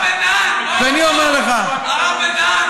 הרב בן-דהן,